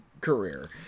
career